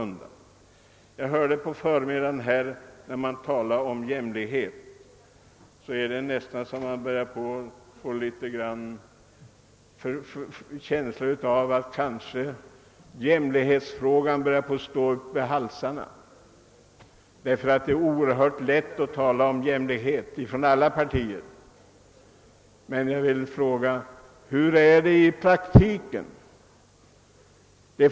När jag på förmiddagen hörde hur man talade om jämlikhet, fick jag en känsla av att talet om jämlikhet nästan började stå en upp i halsen. Det är nämligen oerhört lätt för alla partier att tala om jämlikhet. Jag vill emellertid fråga: Hur är det i praktiken?